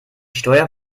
steuer